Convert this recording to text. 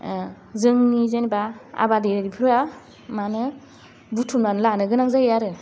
जोंनि जेनेबा आबाइरिफ्रा माहोनो बुथुमनानै लानो गोनां जायो आरो